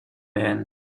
van